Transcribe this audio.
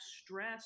stress